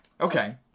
Okay